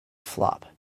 flop